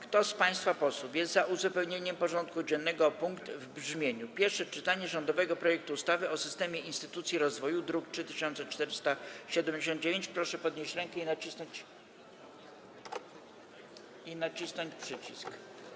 Kto z państwa posłów jest za uzupełnieniem porządku dziennego o punkt w brzmieniu: Pierwsze czytanie rządowego projektu ustawy o systemie instytucji rozwoju, druk nr 3479, proszę podnieść rękę i nacisnąć przycisk.